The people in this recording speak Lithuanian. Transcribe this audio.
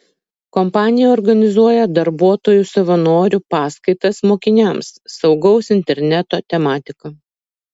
kompanija organizuoja darbuotojų savanorių paskaitas mokiniams saugaus interneto tematika